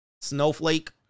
Snowflake